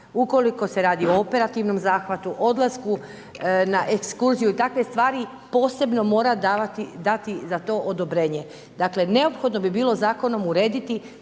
ukoliko se radi o operativnom zahvatu, odlasku na ekskurziju i takve stvari posebno mora dati za to odobrenje. Dakle, neophodno bi bilo zakonom urediti